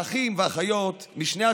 האחים והאחיות משני הצדדים,